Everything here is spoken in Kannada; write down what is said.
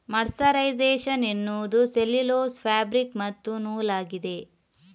ಮರ್ಸರೈಸೇಶನ್ ಎನ್ನುವುದು ಸೆಲ್ಯುಲೋಸ್ ಫ್ಯಾಬ್ರಿಕ್ ಮತ್ತು ನೂಲಾಗಿದೆ